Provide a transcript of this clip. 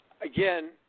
again